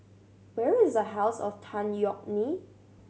where is a House of Tan Yeok Nee